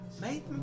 made